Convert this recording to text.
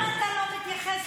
למה אתה לא מתייחס לחוק הפסילה?